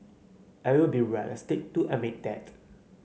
I will be realistic to admit that